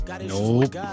Nope